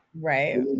Right